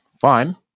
Fine